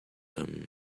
him